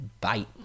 bye